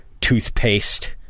toothpaste